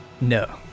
No